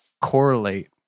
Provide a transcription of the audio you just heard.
correlate